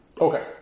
Okay